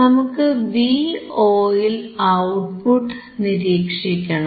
നമുക്ക് Vo ൽ output നിരീക്ഷിക്കണം